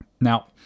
Now